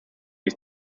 ist